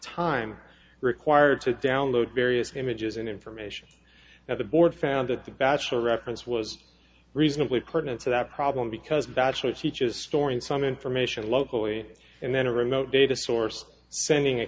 time required to download various images and information that the board found that the batch of reference was reasonably current to that problem because that church teaches storing some information locally and then a remote data source sending a